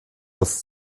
aus